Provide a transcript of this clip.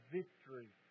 victory